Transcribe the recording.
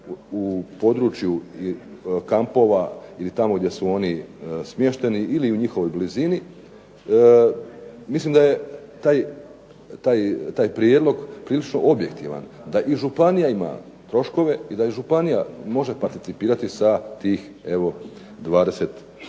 u području kampova ili tamo gdje su oni smješteni ili u njihovoj blizini mislim da je taj prijedlog prilično objektivan, da i županija ima troškove i da i županija može participirati sa tih evo